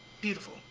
Beautiful